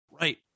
Right